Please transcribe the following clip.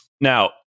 Now